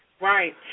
Right